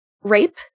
Rape